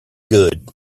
good